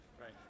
Right